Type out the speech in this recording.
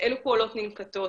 אלו פעולות ננקטות?